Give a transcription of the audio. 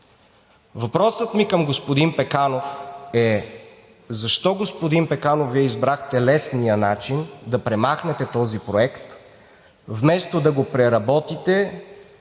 Въпросът ми към господин Пеканов е: защо, господин Пеканов, Вие избрахте лесния начин да премахнете този проект, вместо да го преработите